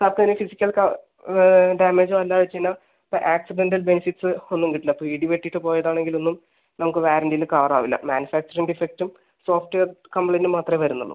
താൽക്കാലിക ഫിസിക്കൽ ഡാമേജോ എന്താ വെച്ച് കഴിഞ്ഞാൽ ഇപ്പോൾ ആക്സിഡൻ്റൽ ബെനിഫിറ്റ്സ് ഒന്നും കിട്ടില്ല ഇപ്പോൾ ഇടി വെട്ടീട്ട് പോയത് ആണെങ്കിൽ ഒന്നും നമുക്ക് വാറണ്ടീൻ്റ കാർഡ് ആവില്ല മാനുഫാക്ചറിംഗ് ഡിഫെക്റ്റും സോഫ്റ്റ്വെയർ കംപ്ലയിൻറ്റും മാത്രമേ വരുന്നുള്ളൂ